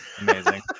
Amazing